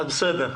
בסדר.